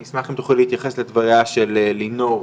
אני אשמח אם תוכלי להתייחס לדבריה של לינור.